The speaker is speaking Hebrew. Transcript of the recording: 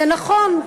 זה נכון,